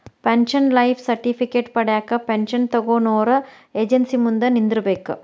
pension life certificate ಪಡ್ಯಾಕ pension ತೊಗೊನೊರ agency ಮುಂದ ನಿಂದ್ರಬೇಕ್